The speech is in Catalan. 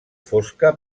fosca